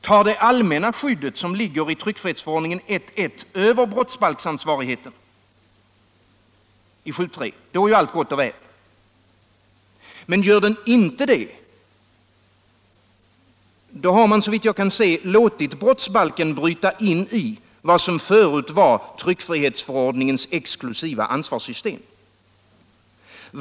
Tar det allmänna skyddet som ligger i tryckfrihetsförordningen 1:1 över brottsbalksansvarigheten i 7:3 — då är allt gott och väl. Gör den det inte — ja, då har man såvitt jag kan se låtit brottsbalken bryta in i vad som förut var tryckfrihetsförordningens exklusiva ansvarssystem.